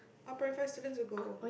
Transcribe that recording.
our primary five students will go